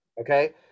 Okay